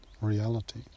reality